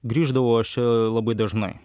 grįždavau aš labai dažnai